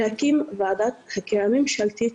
להקים ועדת חקירה ממשלתית,